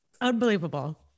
unbelievable